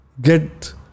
get